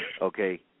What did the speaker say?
Okay